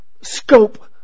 scope